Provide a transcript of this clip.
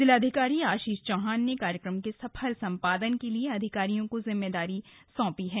जिलाधिकारी आशीष चौहान ने कार्यक्रम के सफल सम्पादन के लिए अधिकारियों को जिम्मेदारी सौंपी है